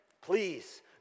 please